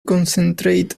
concentrate